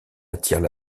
attirent